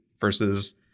versus